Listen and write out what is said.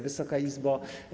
Wysoka Izbo!